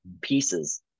pieces